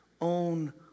own